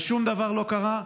ושום דבר לא קרה,